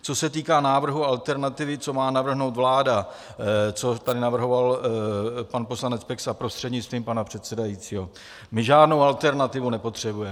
Co se týká návrhu alternativy, co má navrhnout vláda, co tady navrhoval pan poslanec Peksa, prostřednictvím pana předsedajícího, my žádnou alternativu nepotřebujeme.